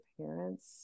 parents